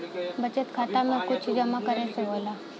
बचत खाता मे कुछ जमा करे से होला?